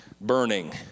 burning